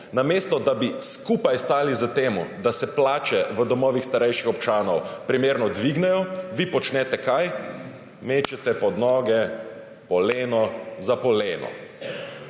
namesto da bi skupaj stali za tem, da se plače v domovih starejših občanov primerno dvignejo, vi počnete − kaj? Mečete pod noge poleno za poleno.